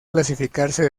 clasificarse